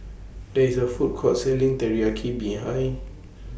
There IS A Food Court Selling Teriyaki behind